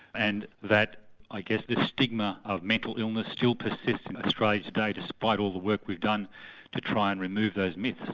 and that i guess the stigma of mental illness still persists in australia today despite all the work we've done to try and remove those myths.